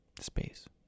space